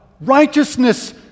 righteousness